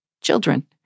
Children